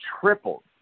tripled